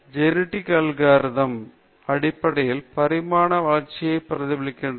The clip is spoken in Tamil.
ஜெனெடிக் அல்கோரிதம்ஸ் அடிப்படையில் பரிணாம வளர்ச்சியைப் பிரதிபலிக்கிறது